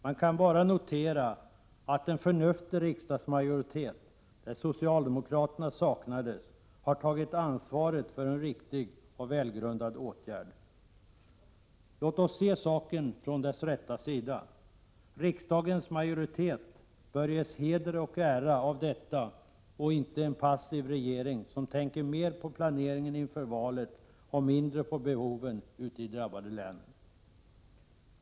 Man kan bara notera att en förnuftig riksdagsmajoritet, där socialdemokraterna saknades, har tagit ansvaret för en riktig och välgrundad åtgärd. Låt oss se saken från dess rätta sida. Riksdagens majoritet bör ges heder och ära av detta och inte en passiv regering, som tänker mer på planeringen inför valet och mindre på behoven ute i de drabbade länen.